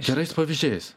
gerais pavyzdžiais